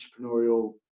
entrepreneurial